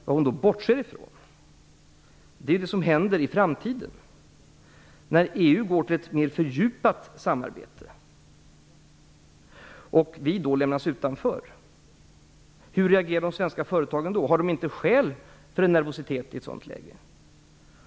Vad hon då bortser från är det som händer i framtiden när EU går till ett mer fördjupat samarbete och vi lämnas utanför. Hur reagerar de svenska företagen då? Har de inte skäl för en nervositet i ett sådant läge?